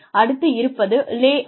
அடுத்து இருப்பது lay of